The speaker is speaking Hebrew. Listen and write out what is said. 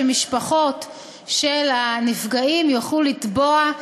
שמשפחות של נפגעים יוכלו לתבוע,